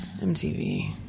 MTV